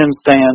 stand